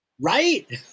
Right